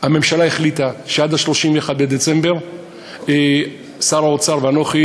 הממשלה החליטה שעד 31 בדצמבר שר האוצר ואנוכי